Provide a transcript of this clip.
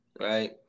right